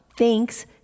Thanks